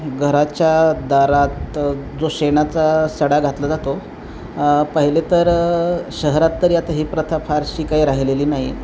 घराच्या दारात जो शेणाचा सडा घातला जातो पहिले तर शहरात तरी आता ही प्रथा फारशी काही राहिलेली नाही